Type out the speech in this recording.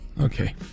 Okay